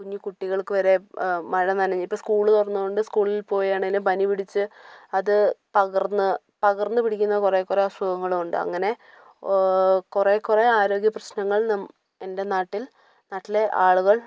കുഞ്ഞി കുട്ടികൾക്ക് വരെ മഴ നനഞ്ഞ് ഇപ്പോൾ സ്കൂള് തുറന്നതുകൊണ്ട് സ്കൂളിൽ പോയാണെങ്കിലും പനിപിടിച്ച് അത് പകർന്ന് പകർന്ന് പിടിക്കുന്ന കുറെ കുറെ അസുഖങ്ങളുണ്ട് അങ്ങനെ കുറെ കുറെ ആരോഗ്യപ്രശ്നങ്ങൾ നം എൻ്റെ നാട്ടിൽ നാട്ടിലെ ആളുകൾ